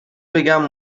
بگم